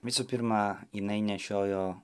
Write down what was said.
visų pirma jinai nešiojo